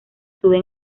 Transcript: suben